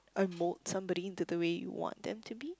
or move somebody into the way you want them to be